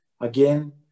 Again